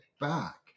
back